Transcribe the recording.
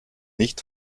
nicht